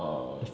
err